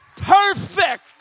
Perfect